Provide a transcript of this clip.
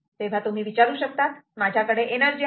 तर तुम्ही विचारू शकतात माझ्याकडे एनर्जी आहे